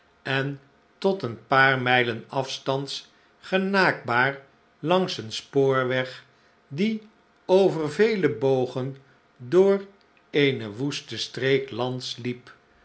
en tot een paar mijlen afstands genaakbaar langs een spoorweg die over vele bogen door eene woeste streek lands liep